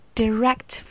direct